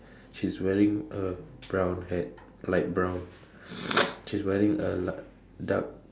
she's wearing a brown hat light brown she's wearing a la~ dark